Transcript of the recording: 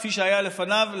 כפי שהיה לפניו,